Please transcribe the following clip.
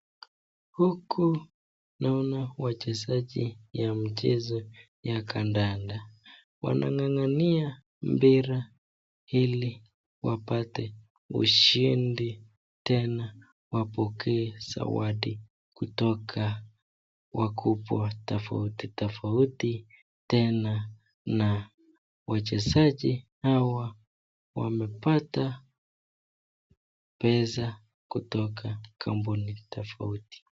Huku naona wachesaji wa mchezo ya kandanda wanangangania mpira hili wapate ushindi tena wapokee zawadi wakubwa tafauti tafauti tena na c wachezaji hawa wamepata pesa kutoka kampuni tafauti.